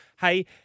Hey